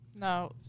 No